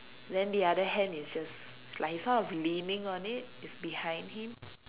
then the other hand is just like he's sort of leaning on it it's behind him